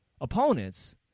opponents